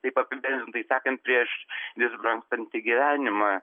taip apibendrintai sakant prieš vis brangstantį gyvenimą